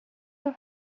your